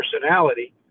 personality